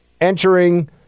entering